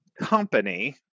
company